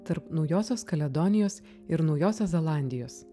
tarp naujosios kaledonijos ir naujosios zelandijos